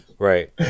Right